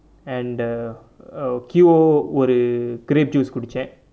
and the err Q_O ஒரு:oru grape juice குடிச்சேன்:kudichaen